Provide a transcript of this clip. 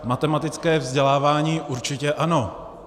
Matematické vzdělávání určitě ano.